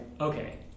okay